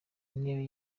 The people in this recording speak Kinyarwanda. intebe